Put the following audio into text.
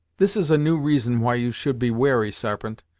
this is a new reason why you should be wary, sarpent,